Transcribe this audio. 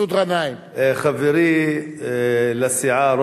חברי לסיעה,